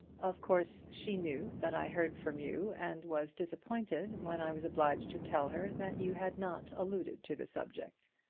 of course she knew that i heard from you, and was disappointed when i was obliged to tell her that you had not alluded to the subject.